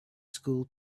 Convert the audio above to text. school